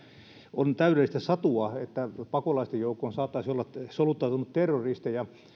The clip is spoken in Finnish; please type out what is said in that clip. on täydellistä satua että pakolaisten joukkoon saattaisi olla soluttautunut terroristeja